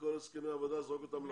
וכל הסכמי העבודה, זרוק אותם לפח.